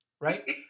right